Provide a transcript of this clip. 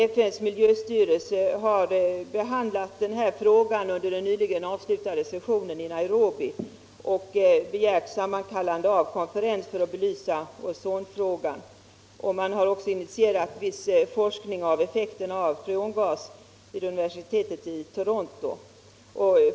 FN:s miljöstyrelse har behandlat denna fråga under den nyligen avslutade sessionen i Nairobi och begärt sammankallande av en konferens för att belysa ozonfrågan. Vid universitetet i Toronto har man initierat forskning rörande effekten av freongaserna.